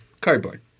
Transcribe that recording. Cardboard